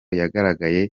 yagaragaye